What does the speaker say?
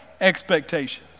expectations